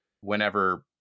whenever